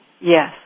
Yes